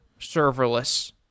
serverless